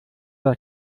das